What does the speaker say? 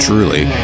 Truly